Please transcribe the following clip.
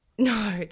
No